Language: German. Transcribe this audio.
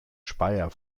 speyer